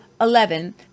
Eleven